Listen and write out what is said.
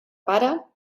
pare